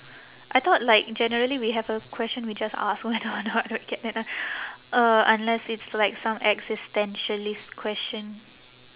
I thought like generally we have a question we just ask whether or not we get an unless it's like some existentialist question